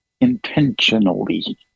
intentionally